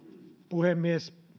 puhemies